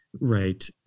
right